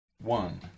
One